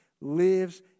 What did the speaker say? lives